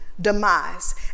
demise